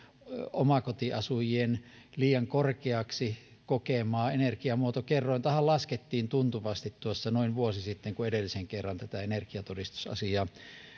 omakotiasujien liian korkeaksi kokemaa energiamuotokerrointahan laskettiin tuntuvasti noin vuosi sitten kun edellisen kerran tätä energiatodistusasiaa